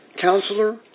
counselor